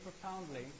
profoundly